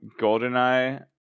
Goldeneye